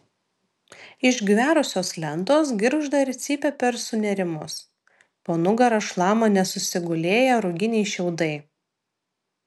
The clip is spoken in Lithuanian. išgverusios lentos girgžda ir cypia per sunėrimus po nugara šlama nesusigulėję ruginiai šiaudai